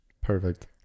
Perfect